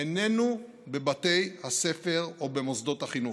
איננו בבתי הספר או במוסדות החינוך.